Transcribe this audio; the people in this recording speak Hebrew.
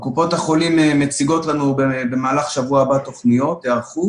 קופות החולים מציגות לנו במהלך שבוע הבא את תוכניות ההיערכות